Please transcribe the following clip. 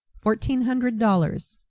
fourteen hundred dollars.